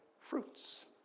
fruits